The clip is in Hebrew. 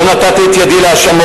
לא נתתי את ידי להאשמות,